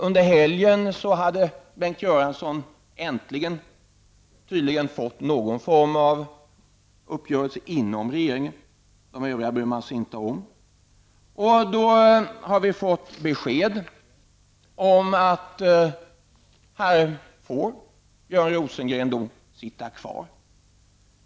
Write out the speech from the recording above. Under helgen hade Bengt Göransson tydligen äntligen fått någon form av upgörelse inom regeringen. Övriga bryr man sig inte om. Då fick vi beskedet om att Björn Rosengren, får sitta kvar.